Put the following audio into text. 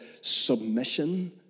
submission